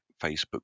Facebook